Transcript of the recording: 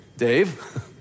Dave